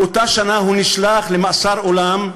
באותה שנה הוא נשלח למאסר עולם,